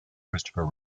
christopher